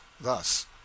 thus